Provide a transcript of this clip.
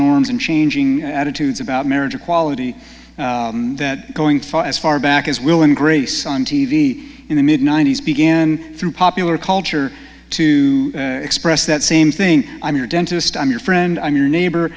norms and changing attitudes about marriage equality that going for as far back as will and grace on t v in the mid ninety's began through popular culture to express that same thing i'm your dentist i'm your friend i'm your neighbor